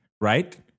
right